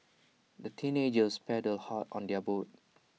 the teenagers paddled hard on their boat